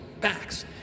backs